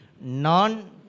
non